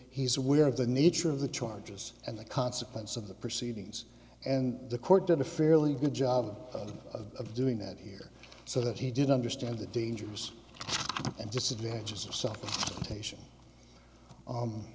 he's aware of the nature of the charges and the consequence of the proceedings and the court did a fairly good job of doing that here so that he did understand the dangers and